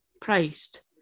priced